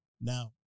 Now